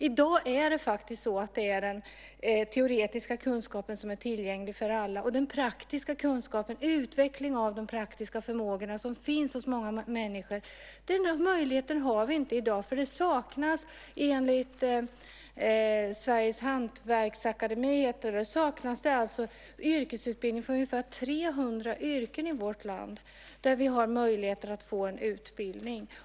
I dag är det den teoretiska kunskapen som är tillgänglig för alla medan möjligheten till den praktiska kunskapen, utvecklingen av de praktiska förmågor som många människor har, inte finns. Enligt Stockholms Hantverksakademi saknas i vårt land yrkesutbildning för ungefär 300 yrken där vi borde ha möjlighet att få utbildning.